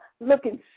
looking